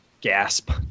Gasp